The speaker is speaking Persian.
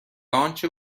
آنچه